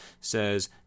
says